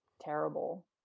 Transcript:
terrible